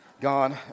gone